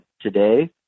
today